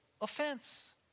offense